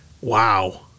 Wow